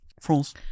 France